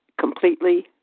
completely